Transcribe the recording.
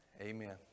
Amen